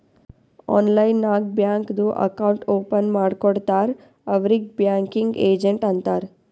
online ನಾಗ್ ಬ್ಯಾಂಕ್ದು account open ಮಾಡ್ಕೊಡ್ತಾರ್ ಅವ್ರಿಗ್ ಬ್ಯಾಂಕಿಂಗ್ ಏಜೆಂಟ್ ಅಂತಾರ್